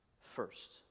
first